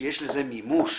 שיש לזה מימוש.